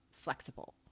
flexible